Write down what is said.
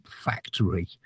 factory